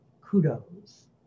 kudos